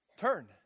turn